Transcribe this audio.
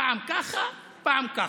פעם ככה, פעם ככה?